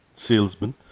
salesman